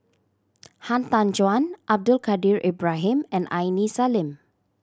Han Tan Juan Abdul Kadir Ibrahim and Aini Salim